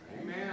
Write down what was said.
Amen